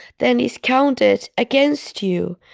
then is counted against you.